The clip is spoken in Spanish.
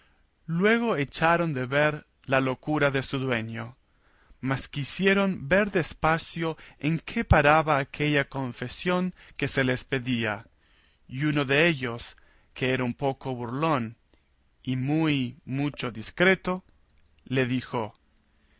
luego echaron de ver la locura de su dueño mas quisieron ver despacio en qué paraba aquella confesión que se les pedía y uno dellos que era un poco burlón y muy mucho discreto le dijo